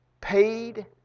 paid